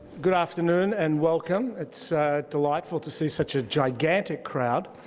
good afternoon and welcome. it's delightful to see such a gigantic crowd.